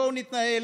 בואו נתנהל,